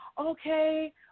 Okay